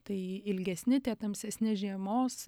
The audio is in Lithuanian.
tai ilgesni tie tamsesni žiemos